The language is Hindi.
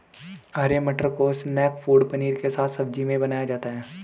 हरे मटर को स्नैक फ़ूड पनीर के साथ सब्जी में बनाया जाता है